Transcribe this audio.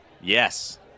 Yes